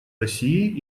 россией